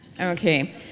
okay